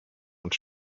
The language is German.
und